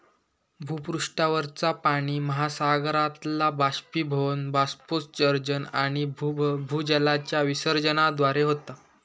भूपृष्ठावरचा पाणि महासागरातला बाष्पीभवन, बाष्पोत्सर्जन आणि भूजलाच्या विसर्जनाद्वारे होता